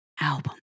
album